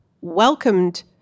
welcomed